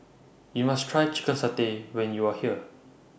YOU must Try Chicken Satay when YOU Are here